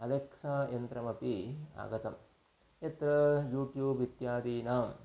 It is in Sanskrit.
अलेक्सायन्त्रमपि आगतम् यत्र यूट्यूब् इत्यादीनां